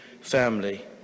family